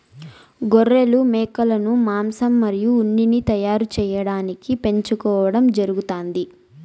గొర్రెలు, మేకలను మాంసం మరియు ఉన్నిని తయారు చేయటానికి పెంచుకోవడం జరుగుతాంది